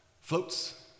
floats